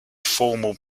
formal